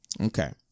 okay